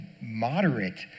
moderate